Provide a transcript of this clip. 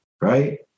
Right